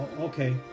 Okay